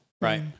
Right